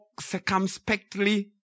circumspectly